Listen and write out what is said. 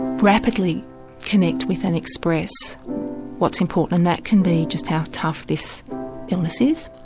rapidly connect with and express what's important, and that can be just how tough this illness is.